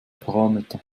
parameter